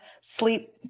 sleep